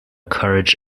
courage